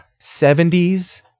70s